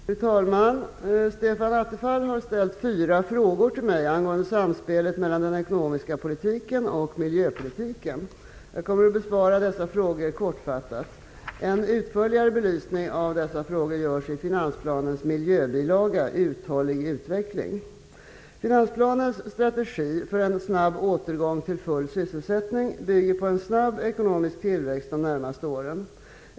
Fru talman! Stefan Attefall har ställt fyra frågor till mig angående samspelet mellan den ekonomiska politiken och miljöpolitiken. Jag kommer att besvara dessa frågor kortfattat. En utförligare belysning av dessa frågor görs i finansplanens miljöbilaga ''uthållig utveckling''. Finansplanens strategi för en snabb återgång till full sysselsättning bygger på en snabb ekonomisk tillväxt de närmaste åren.